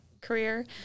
career